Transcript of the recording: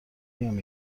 بیام